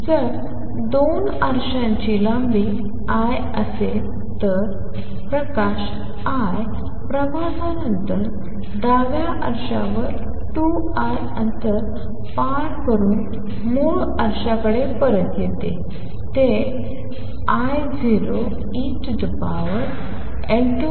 जर दोन आरसाची लांबी l असेल तर प्रकाश I प्रवासानंतर डाव्या आरशावर 2 l अंतर पार करून मूळ आरशाकडे परत येतो ते I0en2 n1σ2l